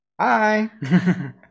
hi